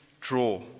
draw